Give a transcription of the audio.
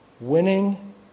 Winning